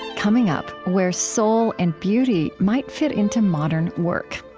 coming up, where soul and beauty might fit into modern work,